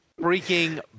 freaking